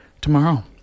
Tomorrow